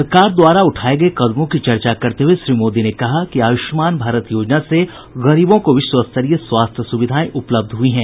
सरकार द्वारा उठाये गये कदमों की चर्चा करते हुए श्री मोदी ने कहा कि आयुष्मान भारत योजना से गरीबों को विश्व स्तरीय स्वास्थ्य सुविधाएं उपलब्ध हुई हैं